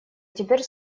теперь